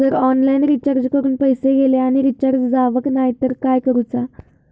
जर online recharge करून पैसे गेले आणि रिचार्ज जावक नाय तर काय करूचा?